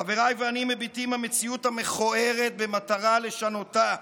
חבריי ואני מביטים במציאות המכוערת במטרה לשנותה,